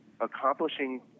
accomplishing